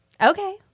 okay